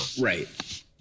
Right